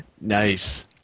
Nice